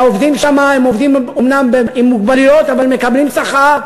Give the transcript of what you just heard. והעובדים שם הם אומנם עובדים עם מוגבלויות אבל הם מקבלים שכר,